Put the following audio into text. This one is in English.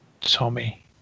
Tommy